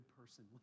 person